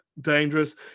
dangerous